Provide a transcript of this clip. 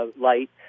light